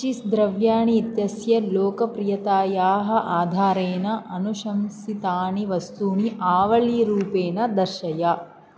cheese द्रव्याणि इत्यस्य लोकप्रियतायाः आधारेण अनुशंसितानि वस्तूनि आवलिरूपेण दर्शय